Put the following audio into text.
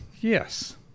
Yes